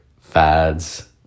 fads